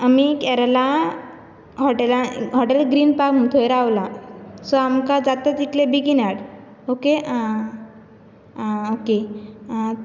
आनी केरलां hotel Green Park म्हण थंय रावलां सो आमकां जाता तितले बेगीन हाड ओके आ ओके